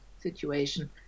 situation